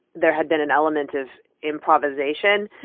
there had been an element of improvisation.